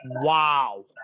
Wow